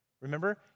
Remember